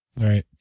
Right